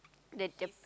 there's a